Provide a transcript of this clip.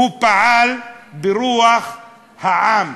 הוא פעל ברוח העם,